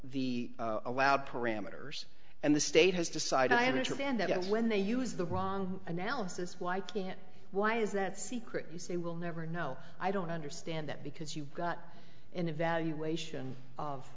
the the allowed parameters and the state has decided i had interest in that when they use the wrong analysis why can't why is that secret you say we'll never know i don't understand that because you got an evaluation of